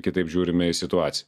kitaip žiūrime į situaciją